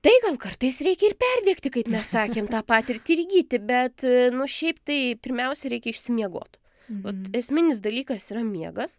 tai gal kartais reikia ir perdegti kaip mes sakėm tą patirtį ir įgyti bet nu šiaip tai pirmiausia reikia išsimiegot ot esminis dalykas yra miegas